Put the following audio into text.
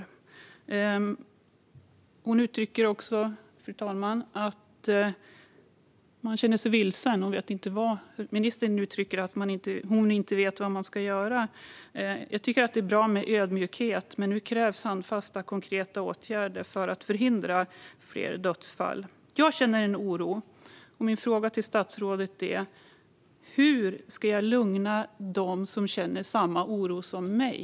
Ministern uttrycker också att hon känner sig vilsen och inte vet vad hon ska göra. Jag tycker att det är bra med ödmjukhet, men nu krävs handfasta och konkreta åtgärder för att förhindra fler dödsfall. Jag känner en oro. Min fråga till statsrådet är: Hur ska jag lugna dem som känner samma oro som jag?